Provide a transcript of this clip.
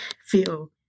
feel